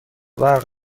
برق